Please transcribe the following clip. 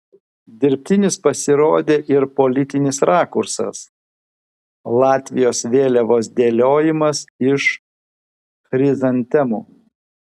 dirbtinis pasirodė ir politinis rakursas latvijos vėliavos dėliojimas iš chrizantemų